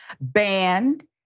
banned